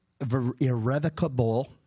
irrevocable